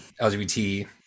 LGBT